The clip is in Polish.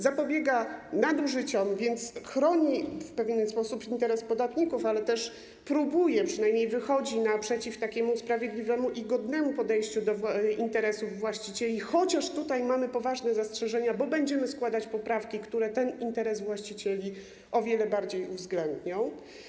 Zapobiega nadużyciom, więc chroni w pewien sposób interesu podatników, ale też próbuje, przynajmniej wychodzi naprzeciw sprawiedliwemu i godnemu podejściu do interesów właścicieli, chociaż tutaj mamy poważne zastrzeżenia, bo będziemy składać poprawki, które ten interes właścicieli o wiele bardziej uwzględnią.